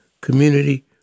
community